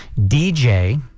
dj